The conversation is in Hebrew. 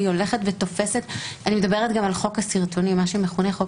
והיא הולכת ותופסת אני מדבר על מה שמכונה חוק